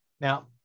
Now